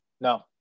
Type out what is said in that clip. No